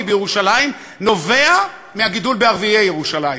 בירושלים נובע מהגידול בערביי ירושלים.